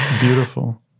Beautiful